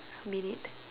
minute